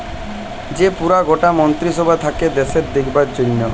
যে পুরা গটা মন্ত্রী সভা থাক্যে দ্যাশের দেখার জনহ